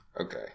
okay